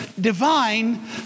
divine